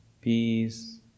peace